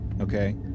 Okay